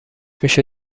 میشد